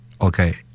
okay